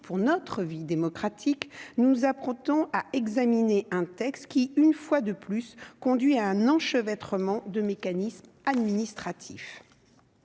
pour notre vie démocratique, nous nous apprêtons à examiner un texte qui, une fois de plus, conduit à un enchevêtre ment de mécanismes administratifs,